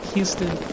Houston